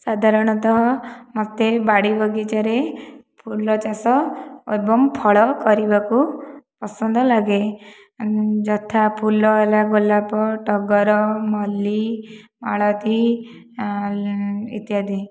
ସାଧାରଣତଃ ମୋତେ ବାଡ଼ି ବଗିଚାରେ ଫୁଲ ଚାଷ ଏବଂ ଫଳ କରିବାକୁ ପସନ୍ଦ ଲାଗେ ଯଥା ଫୁଲ ହେଲା ଗୋଲାପ ଟଗର ମଲ୍ଲି ମାଳତୀ ଇତ୍ୟାଦି